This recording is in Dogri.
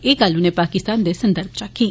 एह गल्ल उन्नैं पाकिस्तान दे संदर्भ इच आक्खी